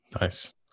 Nice